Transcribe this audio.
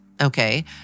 okay